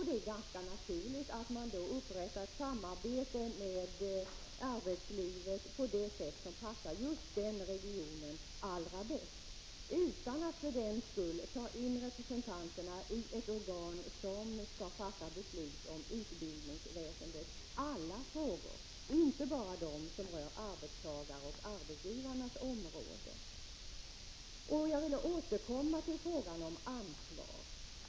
Det är då ganska naturligt att man upprätthåller samarbete med arbetslivet på det sätt som passar just den regionen allra bäst, utan att för den skull ta in representation i ett organ som skall fatta beslut om utbildningsväsendets alla frågor, inte bara om dem som rör arbetstagarnas och arbetsgivarnas område. Jag vill återkomma till frågan om ansvar.